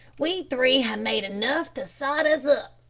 we three ha' made enough to sot us up,